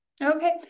Okay